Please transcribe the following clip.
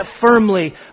firmly